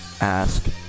ask